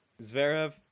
Zverev